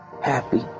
happy